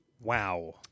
Wow